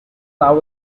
love